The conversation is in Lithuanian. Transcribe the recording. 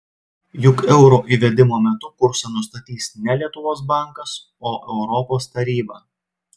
juk euro įvedimo metu kursą nustatys ne lietuvos bankas o europos taryba